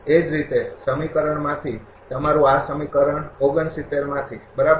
એ જ રીતે સમીકરણમાંથી તમારું આ સમીકરણ ૬૯ માંથી બરાબર